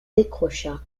décrocha